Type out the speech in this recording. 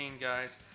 guys